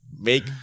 make